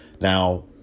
Now